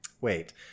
Wait